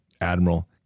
Admiral